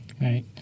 Right